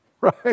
Right